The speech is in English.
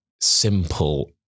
simple